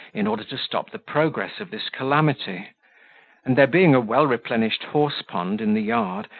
in order to stop the progress of this calamity and there being a well-replenished horse-pond in the yard,